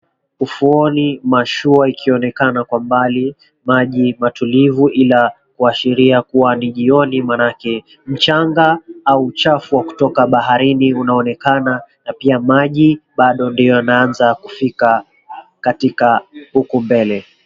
Ufuoni mashua ikionekana kwa mbali, maji matulivu ila kuashiria kuwa ni jioni maanake mchanga au uchafu wa kutoka baharini unaonekana na pia maji bado ndiyo yanaanza kufika katika huku mbele.